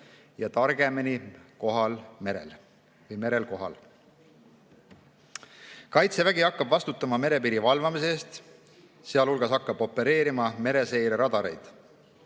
ja targemini merel kohal. Kaitsevägi hakkab vastutama merepiiri valvamise eest, sealhulgas hakkab opereerima mereseireradareid.